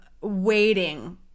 waiting